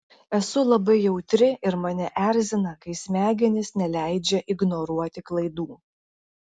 esu labai jautri ir mane erzina kai smegenys neleidžia ignoruoti klaidų